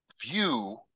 view